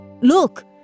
Look